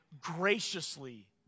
graciously